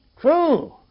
true